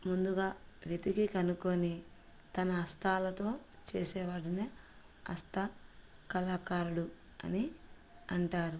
ముందుగా వెతికి కనుక్కుని తన హస్తాలతో చేసేవాడినే హస్తకళాకారుడు అని అంటారు